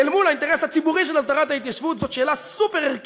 אל מול האינטרס הציבורי של הסדרת ההתיישבות זו שאלה סופר-ערכית.